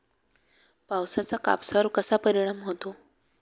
पावसाचा कापसावर कसा परिणाम होतो?